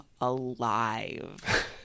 alive